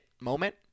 moment